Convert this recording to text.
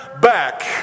back